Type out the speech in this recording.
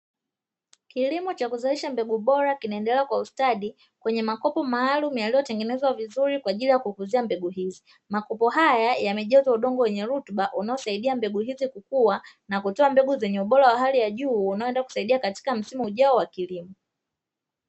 Kilimo cha kuzalisha mbegu bora kinaendelea kwa ustadi kwenye makopo maalumu yaliyotengenezwa vizuri kwaajili ya kukuzia mbegu hizi, makopo haya yamejazwa udongo wenye rutuba unaosahidia mbegu hizi kukua na kutoa mbegu zenye ubora wa hali ya juu unaoenda kusahidia katika msimu ujao wa kilimo.